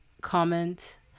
comment